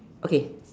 okay